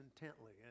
intently